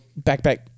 backpack